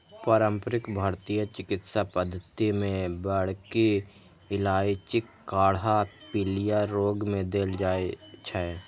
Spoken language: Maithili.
पारंपरिक भारतीय चिकित्सा पद्धति मे बड़की इलायचीक काढ़ा पीलिया रोग मे देल जाइ छै